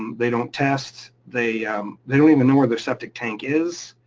um they don't test, they they don't even know where their septic tank is,